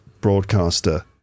broadcaster